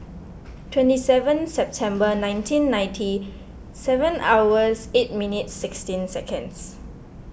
twenty seven September nineteen ninety seven hours eight minutes sixteen seconds